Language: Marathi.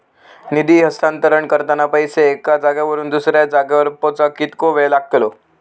निधी हस्तांतरण करताना पैसे एक्या जाग्यावरून दुसऱ्या जाग्यार पोचाक कितको वेळ लागतलो?